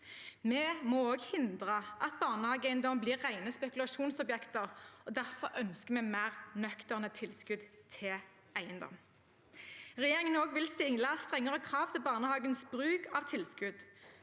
Vi må også hindre at barnehageeiendom blir rene spekulasjonsobjekter. Derfor ønsker vi mer nøkterne tilskudd til eiendom. Regjeringen vil også stille strengere krav til barnehagenes bruk av tilskudd.